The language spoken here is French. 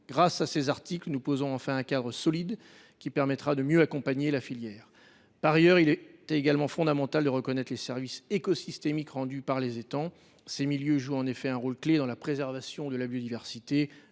Grâce à ces articles, nous posons enfin un cadre solide qui permettra de mieux accompagner la filière. Par ailleurs, il est également fondamental de reconnaître les services écosystémiques rendus par les étangs. Ces milieux jouent en effet un rôle clé dans la préservation de la biodiversité,